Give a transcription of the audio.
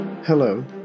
Hello